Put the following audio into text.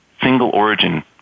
single-origin